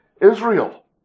Israel